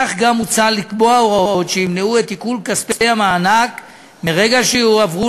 כך גם מוצע לקבוע הוראות שימנעו את עיקול כספי המענק מרגע שיועברו